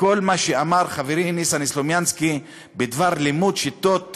כל מה שאמר חברי ניסן סלומינסקי בדבר לימוד שיטות